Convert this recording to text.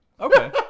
okay